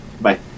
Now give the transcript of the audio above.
Bye